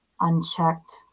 unchecked